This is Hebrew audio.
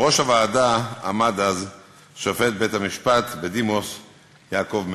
בראש הוועדה עמד אז שופט בית-המשפט בדימוס יעקב מלץ.